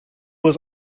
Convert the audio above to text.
was